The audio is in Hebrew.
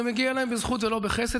זה מגיע להם בזכות ולא בחסד,